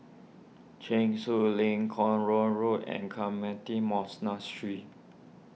Cheng Soon Lane Kuo Road Road and Carmelite Monastery